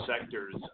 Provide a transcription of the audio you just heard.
sectors